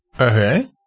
Okay